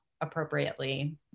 appropriately